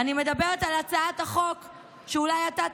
אני מדברת על הצעת החוק שאולי אתה תגיש,